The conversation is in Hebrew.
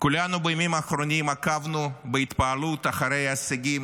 כולנו בימים האחרונים עקבנו בהתפעלות אחר ההישגים